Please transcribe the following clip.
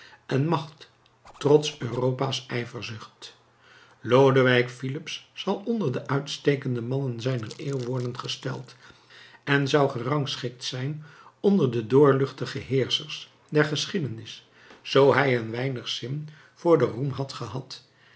en macht trots europa's ijverzucht lodewijk filips zal onder de uitstekende mannen zijner eeuw worden gesteld en zou gerangschikt zijn onder de doorluchtige heerschers der geschiedenis zoo hij een weinig zin voor den roem had gehad